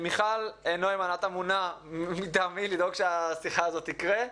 מיכל נוימן את אמונה מטעמי לדאוג שהשיחה הזו תקרה.